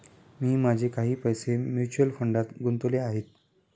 मी माझे काही पैसे म्युच्युअल फंडात गुंतवले आहेत